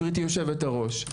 גברתי יושבת-הראש,